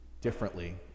differently